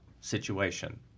situation